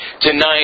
Tonight